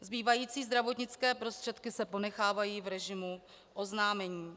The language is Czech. Zbývající zdravotnické prostředky se ponechávají v režimu oznámení.